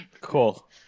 Cool